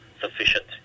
sufficient